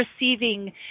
receiving